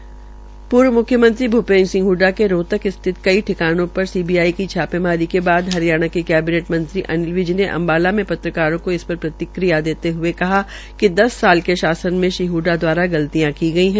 हरियाणा के पूर्व म्ख्यमंत्री भूपिंदर सिंह हड्डा के रोहतक सहित कई ठिकानों पर सीबीआई की छापेमारी के बाद हरियाणा के केबिनेट मंत्री अनिल विज ने अंबाला में पत्रकारों को इस पर प्रतिक्रिया देते हुए कहा कि दस साल के शासन में श्री हडा दवारा गलतियां की गई है